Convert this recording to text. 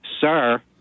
sir